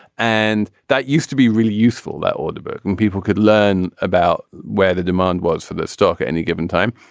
and that used to be really useful. that order book and people could learn about where the demand was for the stock at any given time.